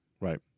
Right